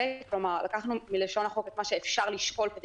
כלומר לקחנו מלשון החוק את מה שאפשר לשקול כדי